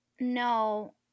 No